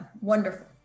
wonderful